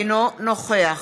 אינו נוכח